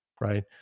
right